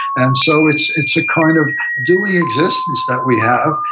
and so it's it's a kind of doing existence that we have,